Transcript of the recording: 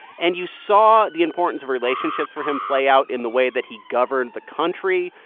and you saw the importance of relationships for him play out in the way that he governed the country,